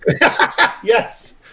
Yes